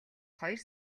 хоёр